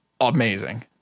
amazing